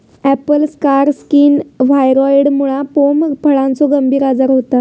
Apple scar skin व्हायरॉइडमुळा pome फळाचो गंभीर आजार होता